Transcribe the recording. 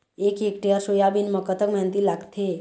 एक hectare soybean म कतक मेहनती लागथे?